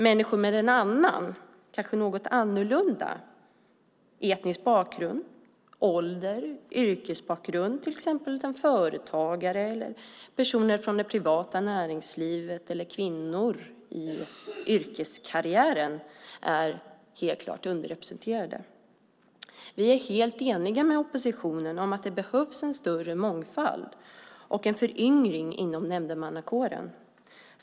Människor med annan etnisk bakgrund, ålder och kanske något annorlunda yrkesbakgrund - till exempel företagare, personer från det privata näringslivet och kvinnor i yrkeskarriären - är klart underrepresenterade. Vi är helt eniga med oppositionen om att det behövs en större mångfald och en föryngring inom nämndemannakåren.